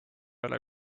ole